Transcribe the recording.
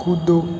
कूदो